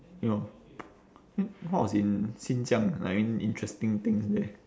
ya orh then what was in xinjiang like I mean interesting things there